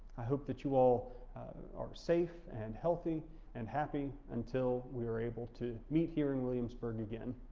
i hope that you all are safe and healthy and happy until we were able to meet here in williamsburg again,